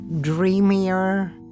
dreamier